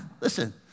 Listen